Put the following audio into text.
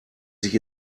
sich